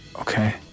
okay